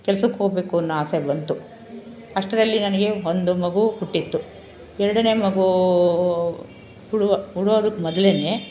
ಕೆಲ್ಸಕ್ಕೆ ಹೋಗಬೇಕು ಅನ್ನೋ ಆಸೆ ಬಂತು ಅಷ್ಟರಲ್ಲಿ ನನಗೆ ಒಂದು ಮಗು ಹುಟ್ಟಿತ್ತು ಎರಡನೇ ಮಗು ಹುಡು ಹುಡೋದಕ್ ಮೊದಲೇ